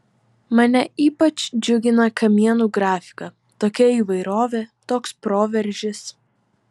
mane ypač džiugina kamienų grafika tokia įvairovė toks proveržis